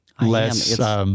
less